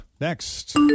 next